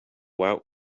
out